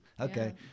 Okay